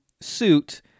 suit